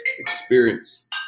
Experience